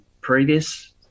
previous